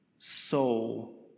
soul